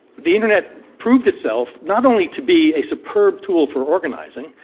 the internet proved itself not only to be a superb tool for organizing,